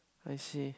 I see